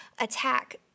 attack